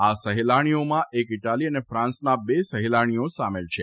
આ સહેલાણીઓમાં એક ઇટલી અને ફ્રાંસનાં બે સહેલાણીઓ સામેલ છે